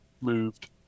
moved